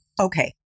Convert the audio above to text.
Okay